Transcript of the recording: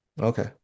okay